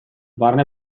barne